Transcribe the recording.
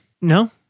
No